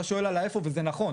אתה שואל על האיפה וזה נכון,